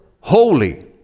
holy